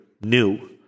new